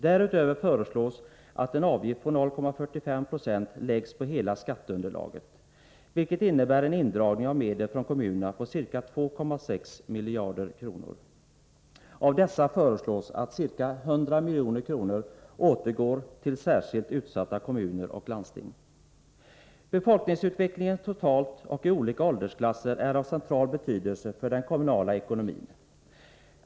Därutöver föreslås att en avgift på 0,45 96 läggs på hela skatteunderlaget, vilket innebär en indragning av medel från kommunerna på ca 2,6 miljarder kronor. Av dessa medel föreslås ca 100 milj.kr. återgå till särskilt utsatta kommuner och landsting. Befolkningsutvecklingen totalt och i olika åldersklasser är av central betydelse för den kommunala ekonomin.